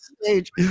stage